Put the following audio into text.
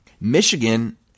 Michigan